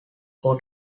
four